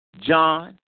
John